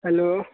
hello